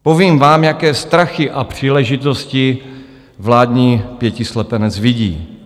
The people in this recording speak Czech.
Povím vám, jaké strachy a příležitosti vládní pětislepenec vidí.